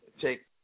take